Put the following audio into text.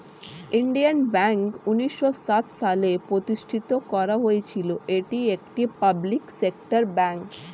Indian Bank উন্নিশো সাত সালে প্রতিষ্ঠিত করা হয়েছিল, এটি একটি পাবলিক সেক্টর ব্যাঙ্ক